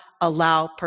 allow